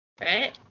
right